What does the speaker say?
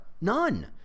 none